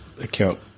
account